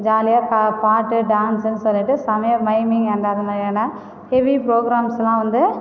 ஜாலியாக பா பாட்டு டான்ஸ்ன்னு சொல்லிகிட்டு செமையா மைமிங் அந்த அதமாதிரியான ஹெவி ப்ரோக்ராம்ஸ்லாம் வந்து